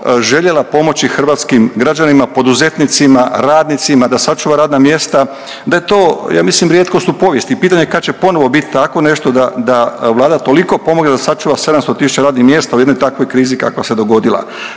željela pomoći hrvatskim građanima, poduzetnicima, radnicima da sačuva radna mjesta da je to ja mislim rijetkost u povijesti i pitanje kad će biti ponovno tako nešto da, da Vlada toliko pomogne da sačuva 700 tisuća radnih mjesta u jednoj takvoj krizi kakva se dogodila